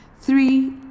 Three